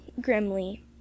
grimly